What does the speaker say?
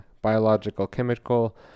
Biological-Chemical